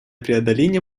преодоления